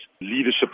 leadership